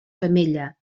femella